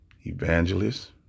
Evangelist